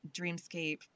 Dreamscape